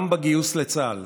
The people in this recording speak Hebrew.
גם בגיוס לצה"ל,